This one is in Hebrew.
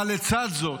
אבל לצד זאת,